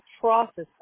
process